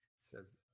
says